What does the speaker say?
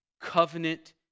covenant